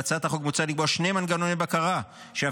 בהצעת החוק מוצע לקבוע שני מנגנוני בקרה שיבטיחו